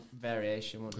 variation